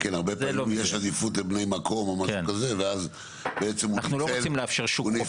הרבה פעמים יש עדיפות לבני מקום או משהו כזה ואז בעצם הוא ניצל את